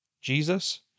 Jesus